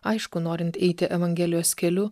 aišku norint eiti evangelijos keliu